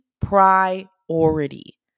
priority